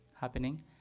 happening